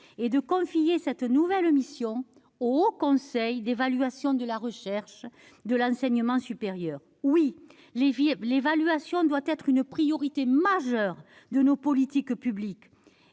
et de confier cette nouvelle mission au Haut Conseil de l'évaluation de la recherche et de l'enseignement supérieur. Oui, l'évaluation doit être une priorité majeure de nos politiques publiques.